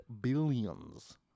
billions